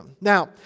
Now